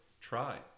Try